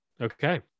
Okay